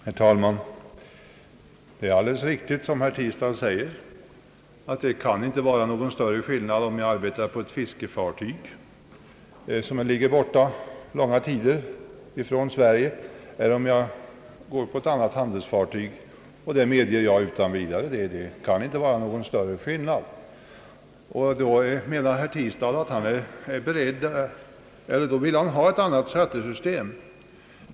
Herr talman! Det är alldeles riktigt, som herr Tistad säger, att det inte kan vara någon större skillnad mellan att arbeta på ett fiskefartyg, som ligger borta från Sverige långa tider, eller att arbeta på ett handelsfartyg. Därför vill herr Tistad ha ett annat skattesystem.